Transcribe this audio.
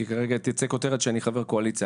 כי תצא עכשיו כותרת שאני חבר קואליציה,